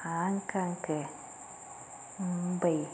Hong Kong Mumbai